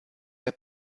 der